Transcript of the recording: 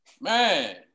Man